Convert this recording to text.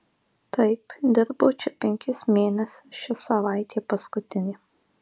taip dirbau čia penkis mėnesius ši savaitė paskutinė